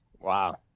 Wow